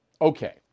Okay